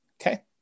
Okay